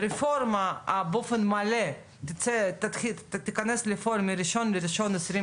הרפורמה באופן מלא תיכנס לפועל מ-1.1.23